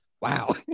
wow